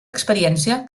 experiència